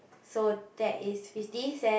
so that is fifty cent